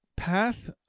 path